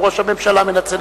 גם ראש הממשלה מנצל